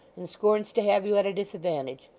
and scorns to have you at a disadvantage.